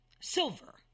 silver